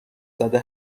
زده